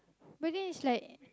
but then is like